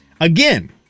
Again